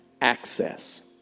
access